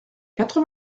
quatre